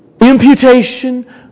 Imputation